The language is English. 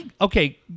Okay